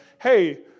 hey